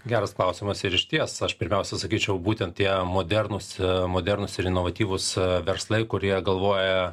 geras klausimas ir išties aš pirmiausia sakyčiau būtent tie modernūs modernūs ir inovatyvūs verslai kurie galvoja